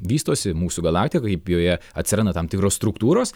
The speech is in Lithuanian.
vystosi mūsų galaktika kaip joje atsiranda tam tikros struktūros